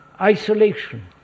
isolation